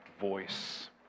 voice